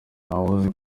ntawuzi